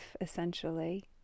essentially